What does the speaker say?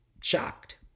shocked